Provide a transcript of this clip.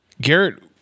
garrett